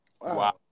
Wow